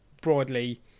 broadly